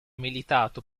militato